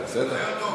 רעיון טוב.